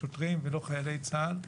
שוטרים ולא חיילי צה"ל.